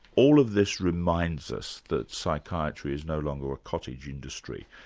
all of this reminds us that psychiatry is no longer a cottage industry.